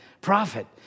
prophet